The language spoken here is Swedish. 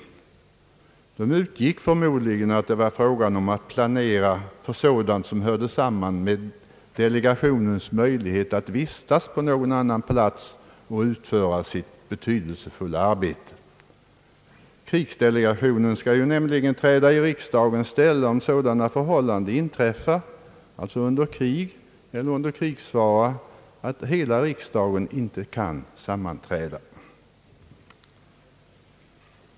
Motionärerna utgick förmodligen ifrån att det var fråga om att planera för sådant som hörde samman med delegationens möjlighet att vistas på någon annan plats och där utföra sitt betydelsefulla arbete. Krigsdelegationen skall nämligen träda i riksdagens ställe om sådana förhållanden inträffar — under krig eller krigsfara — att hela riksdagen inte kan sammanträda.